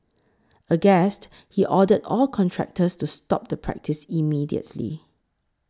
aghast he ordered all contractors to stop the practice immediately